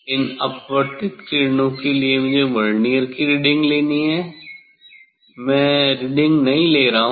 इन अपवर्तित किरणों के लिए मुझे वर्नियर की रीडिंग लेनी है मैं रीडिंग नहीं ले रहा हूँ